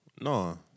No